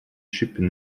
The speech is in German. schippe